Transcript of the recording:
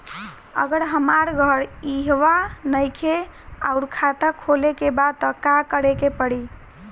अगर हमार घर इहवा नईखे आउर खाता खोले के बा त का करे के पड़ी?